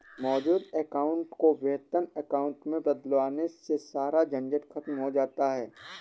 मौजूद अकाउंट को वेतन अकाउंट में बदलवाने से सारा झंझट खत्म हो जाता है